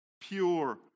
pure